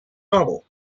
novel